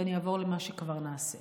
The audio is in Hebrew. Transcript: ואני אעבור למה שכבר נעשה.